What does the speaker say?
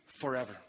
forever